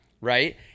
right